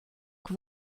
que